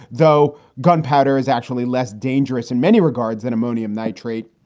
though gunpowder is actually less dangerous in many regards than ammonium nitrate.